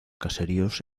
caseríos